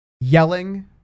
yelling